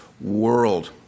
world